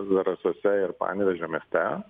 zarasuose ir panevėžio mieste